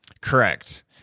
correct